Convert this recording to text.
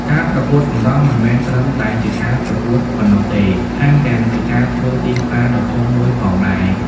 ការប្រកួតសម្រស់មិនមែនត្រឹមតែជាការប្រកួតប៉ុណ្ណោះទេ ថែមទាំងជាការធ្វើទីផ្សារដ៏ធំមួយផងដែរ។